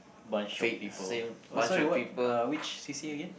bunch of people oh so reward uh which c_c_a again